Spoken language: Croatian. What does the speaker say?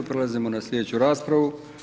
Prelazimo na sljedeću raspravu.